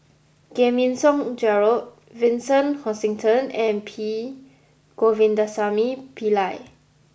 Giam Yean Song Gerald Vincent Hoisington and P Govindasamy Pillai